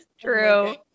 True